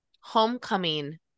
homecoming